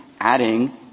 adding